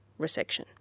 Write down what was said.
resection